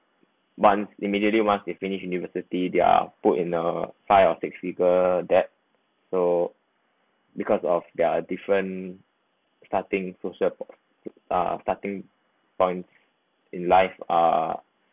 once immediately once they finish university they are put in a five or six figure that so because of their different starting social uh starting point in life uh